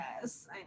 Yes